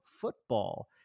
football